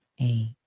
a-